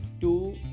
two